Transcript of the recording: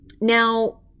Now